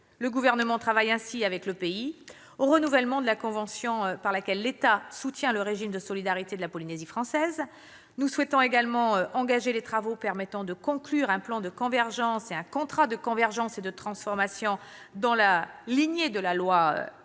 Le Gouvernement travaille ainsi avec le pays au renouvellement de la convention par laquelle l'État soutient le régime de solidarité de la Polynésie française. Nous souhaitons également engager les travaux permettant de conclure un plan de convergence et un contrat de convergence et de transformation, dans la lignée de la loi